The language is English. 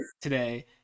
today